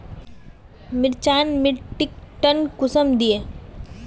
मिर्चान मिट्टीक टन कुंसम दिए?